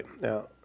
Now